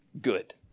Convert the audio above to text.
good